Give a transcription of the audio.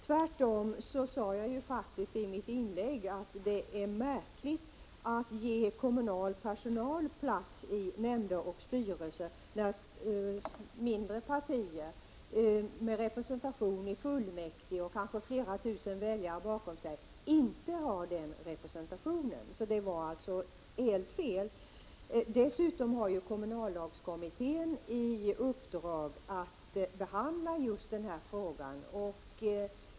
Tvärtom sade jag faktiskt i mitt inlägg att det är märkligt att ge kommunal personal plats i nämnder och styrelser när mindre partier, med representation i fullmäktige och med kanske flera tusen väljare bakom sig, inte har den representationen. Det var således helt fel. Kommunallagskommittén har dessutom i uppdrag att behandla den här frågan.